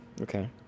Okay